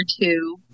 two